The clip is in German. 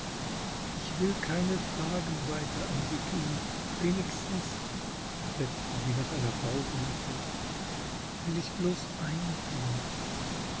ich will keine fragen weiter an sie tun wenigstens setzte sie nach einer pause hinzu will ichbloßeinetun sie